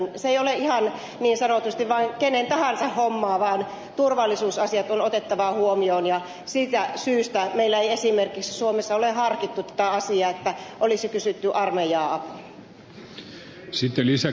se ei ole ihan niin sanotusti vaan kenen tahansa hommaa vaan turvallisuusasiat on otettava huomioon ja siitä syystä meillä ei esimerkiksi suomessa ole harkittu tätä asiaa että olisi kysytty armeijaa apuun